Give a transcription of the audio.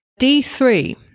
D3